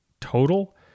total